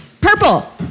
Purple